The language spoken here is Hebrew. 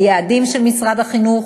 היעדים של משרד הבריאות,